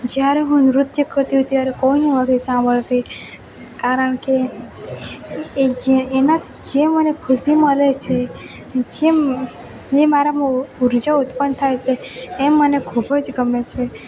જ્યારે હું નૃત્ય કરતી હોઉં ત્યારે કોઈનું નથી સાંભળતી કારણ કે એ જે એનાથી જે મને ખુશી મલે છે જે જે મારામાં ઉર્જા ઉત્પન થાય છે એ મને ખૂબ જ ગમે છે